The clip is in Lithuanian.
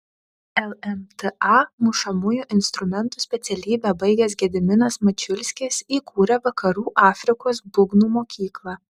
lmta mušamųjų instrumentų specialybę baigęs gediminas mačiulskis įkūrė vakarų afrikos būgnų mokyklą